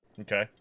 Okay